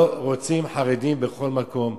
לא רוצים חרדים בכל מקום,